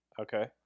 Okay